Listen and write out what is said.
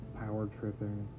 power-tripping